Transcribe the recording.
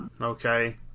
okay